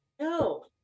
no